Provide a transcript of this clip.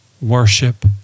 worship